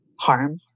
harm